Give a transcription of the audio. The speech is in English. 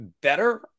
better